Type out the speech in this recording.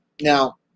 Now